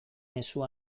mezu